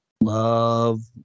Love